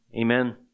Amen